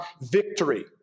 victory